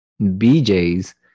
BJ's